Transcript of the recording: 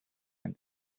and